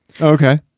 Okay